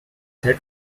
that